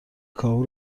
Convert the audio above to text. کاهو